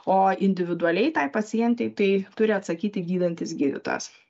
o individualiai tai pacientei tai turi atsakyti gydantis gydytojas